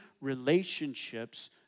relationships